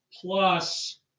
plus